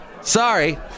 Sorry